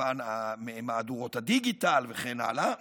וכמובן ממהדורות הדיגיטל וכן הלאה,